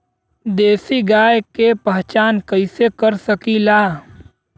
देशी गाय के पहचान कइसे कर सकीला?